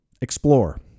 explore